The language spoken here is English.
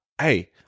Hey